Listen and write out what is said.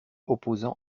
opposant